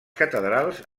catedrals